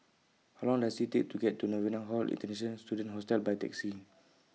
How Long Does IT Take to get to Novena Hall International Students Hostel By Taxi